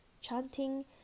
chanting